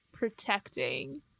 protecting